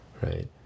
right